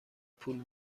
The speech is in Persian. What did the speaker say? پول